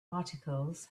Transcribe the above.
articles